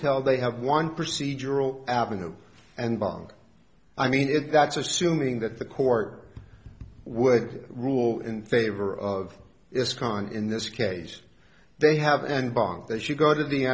tell they have one procedural avenue and bug i mean it that's assuming that the court would rule in favor of its kind in this case they have and bank that should go to the